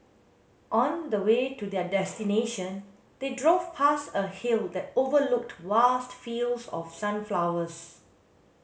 on the way to their destination they drove past a hill that overlooked vast fields of sunflowers